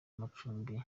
amacumbi